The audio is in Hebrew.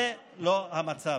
זה לא המצב.